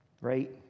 right